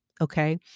Okay